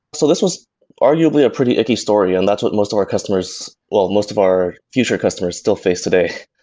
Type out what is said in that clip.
so this was arguably a pretty icky story and that's what most of our customers well, most of our future customers still face today.